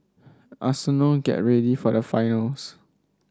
Arsenal get ready for the finals